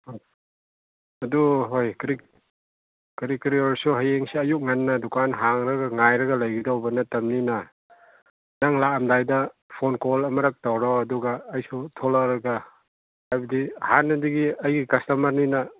ꯑꯥ ꯑꯗꯨ ꯍꯣꯏ ꯀꯔꯤ ꯀꯔꯤ ꯀꯔꯤ ꯑꯣꯏꯔꯁꯨ ꯍꯌꯦꯡꯁꯦ ꯑꯌꯨꯛ ꯉꯟꯅ ꯗꯨꯀꯥꯟ ꯍꯥꯡꯂꯒ ꯉꯥꯏꯔꯒ ꯂꯩꯒꯗꯧꯕ ꯅꯠꯇꯕꯅꯤꯅ ꯅꯪ ꯂꯥꯛꯑꯝꯗꯥꯏꯗ ꯐꯣꯟ ꯀꯣꯜ ꯑꯃꯨꯔꯛ ꯇꯧꯔꯛꯑꯣ ꯑꯗꯨꯒ ꯑꯩꯁꯨ ꯊꯣꯛꯂꯛꯂꯒ ꯍꯥꯏꯕꯗꯤ ꯍꯥꯟꯅꯗꯒꯤ ꯑꯩꯒꯤ ꯀꯁꯇꯃꯔꯅꯤꯅ